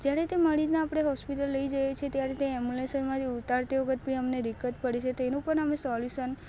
જ્યારે તે મરીઝને આપણે હોસ્પિતલ લઈ જઈએ છીએ ત્યારે તે ઍમ્બ્યુલન્સમાંથી ઉતારતી વખત બી અમને દિક્કત પડે છે તેનું પણ અમે સોલ્યુસન